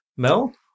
Mel